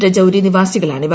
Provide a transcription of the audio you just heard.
രജൌരി നിവാസികളാണ് ഇവർ